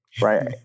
Right